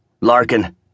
Larkin